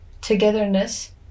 togetherness